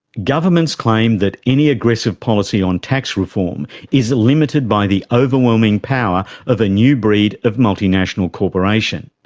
governments claim that any aggressive policy on tax reform is limited by the overwhelming power of a new breed of multinational corporation.